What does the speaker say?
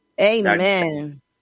Amen